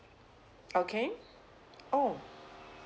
okay oh